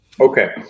Okay